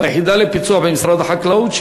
יחידת הפיצו"ח במשרד החקלאות,